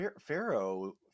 pharaoh